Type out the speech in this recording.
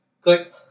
Click